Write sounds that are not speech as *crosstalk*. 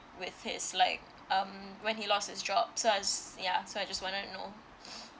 with his like um when he lost his job so as ya so I just wanna to know *breath*